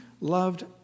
loved